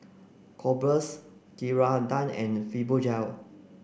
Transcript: Kordel's Ceradan and Fibogel